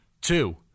Two